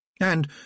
And